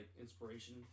inspiration